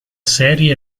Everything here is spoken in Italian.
serie